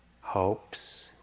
hopes